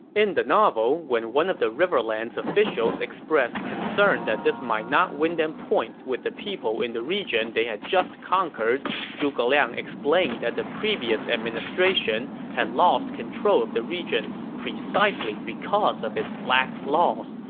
in the novel, when one of the riverlands officials expressed concern that this might not win them points with the people in the region they had just conquered, zhuge liang explained that the previous administration had lost control of the region precisely because of its lax laws.